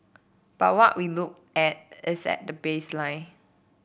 but what we look at is the baseline